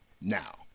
Now